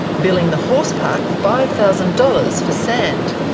billing the horse park five thousand dollars for sand,